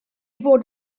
fod